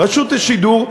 רשות השידור,